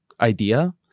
idea